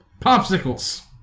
Popsicles